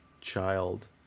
child